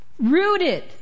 rooted